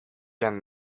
and